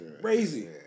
crazy